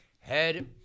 Head